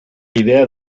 idea